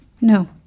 No